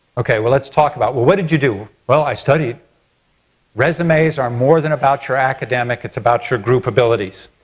ok well let's talk about, well what did you do? well i studied resumes are more than about your academic, it's about your group abilities.